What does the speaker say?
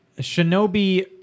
shinobi